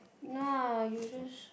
nah you just